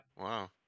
Wow